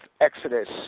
Exodus